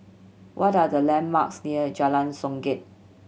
what are the landmarks near Jalan Songket